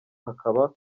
hakaba